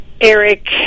Eric